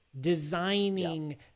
designing